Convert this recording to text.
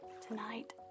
Tonight